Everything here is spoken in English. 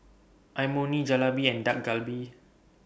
Imoni Jalebi and Dak Galbi